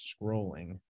scrolling